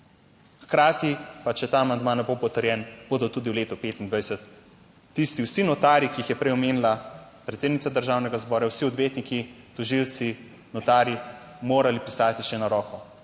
Hkrati pa, če ta amandma ne bo potrjen, bodo tudi v letu 2025 tisti vsi notarji, ki jih je prej omenila predsednica Državnega zbora, vsi odvetniki, tožilci, notarji, morali pisati še na roko